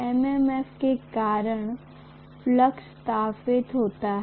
MMF के कारण flux स्थापित होता है